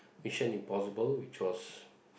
Mission Impossible which was